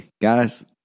guys